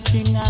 King